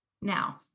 now